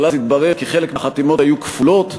אבל אז התברר כי חלק מהחתימות היו כפולות.